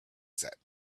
set